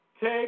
Take